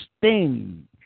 sting